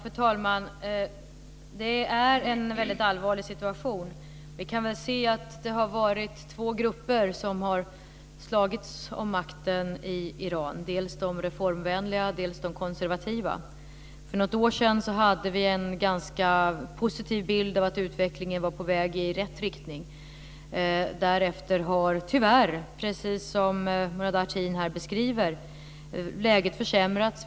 Fru talman! Det är en väldigt allvarlig situation. Vi kan se att det har varit två grupper som har slagits om makten i Iran, dels de reformvänliga, dels de konservativa. För något år sedan hade vi en ganska positiv bild av att utvecklingen var på väg i rätt riktning. Därefter har tyvärr, precis som Murad Artin här beskriver, läget försämrats.